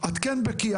את כן בקיאה,